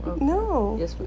No